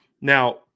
Now